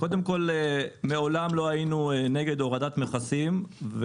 מעולם לא היינו נגד הורדת מכסים.